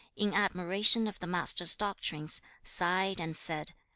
in admiration of the master's doctrines, sighed and said,